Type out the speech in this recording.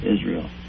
Israel